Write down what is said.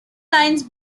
lines